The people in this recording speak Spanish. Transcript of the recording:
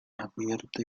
abierta